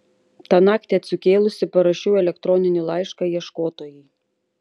tą naktį atsikėlusi parašiau elektroninį laišką ieškotojai